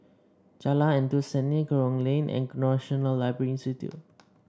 Jalan Endut Senin Kerong Lane and National Library Institute